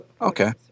Okay